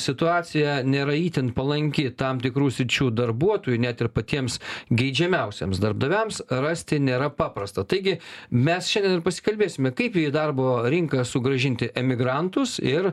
situacija nėra itin palanki tam tikrų sričių darbuotojų net ir patiems geidžiamiausiems darbdaviams rasti nėra paprasta taigi mes šiandien ir pasikalbėsime kaip į darbo rinką sugrąžinti emigrantus ir